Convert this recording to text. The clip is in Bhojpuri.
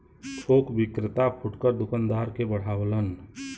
थोक विक्रेता फुटकर दूकानदार के बढ़ावलन